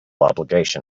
obligation